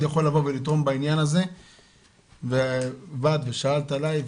יכול לבוא ולתרום בעניין הזה ובאת ושאלת עלי,